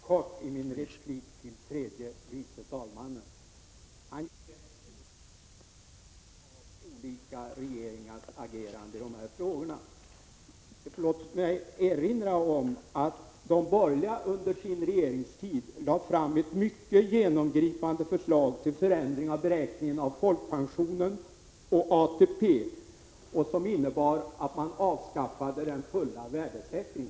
Herr talman! Jag skall fatta mig mycket kort i min replik till tredje vice talmannen. Han ger en orättvis bild av olika regeringars agerande i dessa frågor. Låt mig erinra om att de borgerliga under sin regeringstid lade fram ett mycket genomgripande förslag till förändring av beräkningen av folkpension och ATP, innebärande att man avskaffade den fulla värdesäkringen.